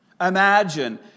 Imagine